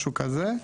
משהו כזה.